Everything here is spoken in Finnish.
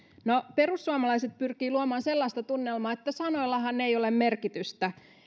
perussuomalaiset pyrkivät luomaan sellaista tunnelmaa että sanoillahan ei ole merkitystä